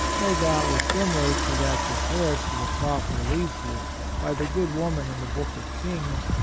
no doubt was similar to that prepared for the prophet eliseus, by the good woman in the book of kings,